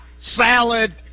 salad